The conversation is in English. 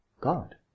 God